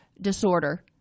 disorder